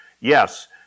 yes